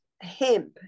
hemp